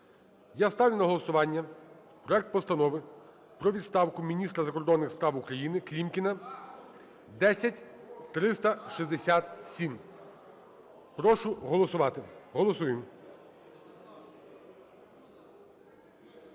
Я ставлю на голосування проект Постанови про відставку міністра закордонних справ УкраїниКлімкіна (10367). Прошу голосувати. Голосуємо.